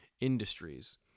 industries